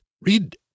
Read